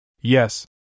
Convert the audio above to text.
Yes